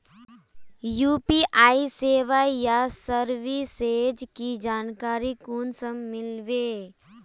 UPI सेवाएँ या services की जानकारी कुंसम मिलबे?